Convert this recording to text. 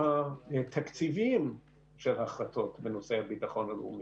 התקציביים של ההחלטות בנושא הביטחון הלאומי.